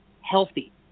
healthy